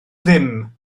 ddim